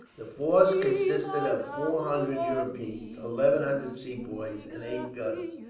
the force consisted of four hundred europeans, eleven hundred sepoys, and eight guns,